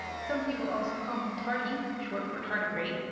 some people also call me tardi, short for tardigrape.